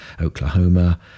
Oklahoma